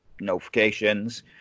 notifications